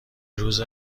روز